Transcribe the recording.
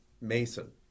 Mason